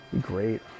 Great